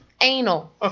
anal